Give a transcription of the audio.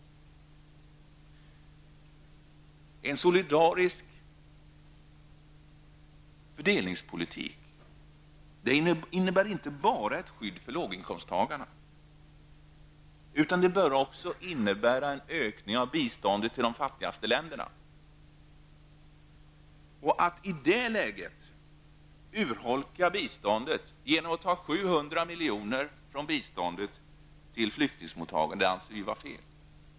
En solidarisk fördelningspolitik innebär inte bara ett skydd för låginkomsttagarna utan bör också kunna innebära en ökning av biståndet till de fattigaste länderna. Att i ett sådant läge urholka biståndet genom att ta 700 milj.kr. till flyktingmottagande anser vi vara fel.